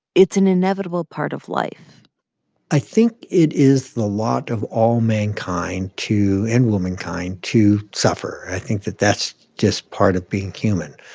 it's an inevitable part of life i think it is the lot of all mankind to and womankind to suffer. i think that that's just part of being human.